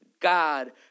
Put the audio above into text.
God